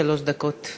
שלוש דקות.